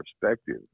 perspective